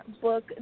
book